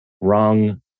wrong